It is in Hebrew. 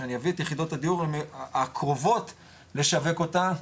שאני אביא את יחידות הדיור הקרובות לשווק אותן,